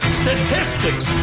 statistics